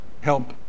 help